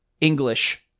English